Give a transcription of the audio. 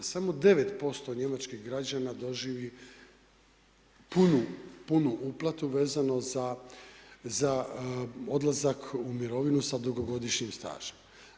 Samo 9% njemačkih građana doživi punu uplatu vezano za odlazak u mirovinu sa dugogodišnjim stažem.